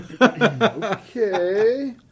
Okay